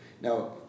now